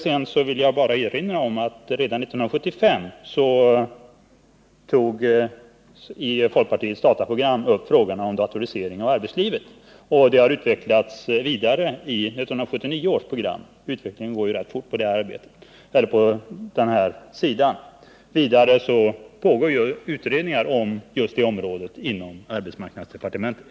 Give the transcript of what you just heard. Sedan vill jag bara erinra om att redan 1975 togs i folkpartiets dataprogram upp frågorna om datorisering av arbetslivet. Det har utvecklats vidare i 1979 års program — utvecklingen går ju rätt fort på den här sidan. Vidare pågår utredningar på just det här området inom arbetsmarknadsdepartementet.